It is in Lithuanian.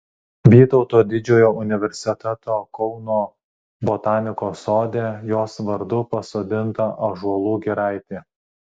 vytauto didžiojo universiteto kauno botanikos sode jos vardu pasodinta ąžuolų giraitė